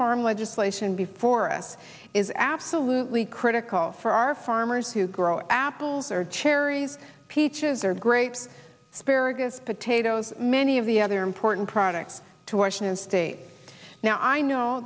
farm legislation before us is absolutely critical for our farmers who grow apples or cherries peaches or great spirit as potatoes many of the other important products to washington state now i know